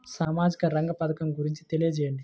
సామాజిక రంగ పథకం గురించి తెలియచేయండి?